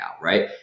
right